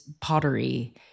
pottery